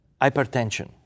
hypertension